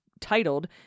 titled